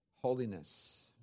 holiness